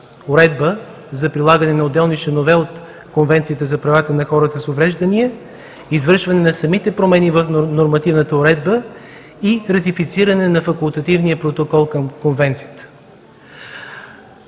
уредба за прилагане на отделни членове от Конвенцията за правата на хората с увреждания, извършване на самите промени в нормативната уредба и ратифициране на Факултативния протокол към Конвенцията.